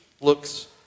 looks